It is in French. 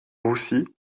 roussi